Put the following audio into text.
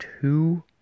two